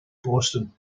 boston